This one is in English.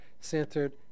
centered